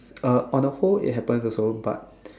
uh on a whole it happens also but